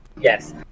Yes